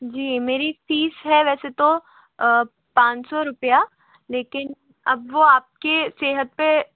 जी मेरी फ़ीस है वैसे तो पाँच सौ रुपये लेकिन अब वो आप के सेहत पर